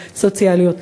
סוציאליות.